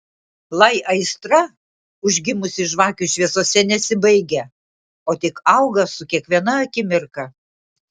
lai aistra užgimusi žvakių šviesose nesibaigia o tik auga su kiekviena akimirka